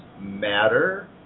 matter